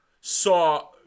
saw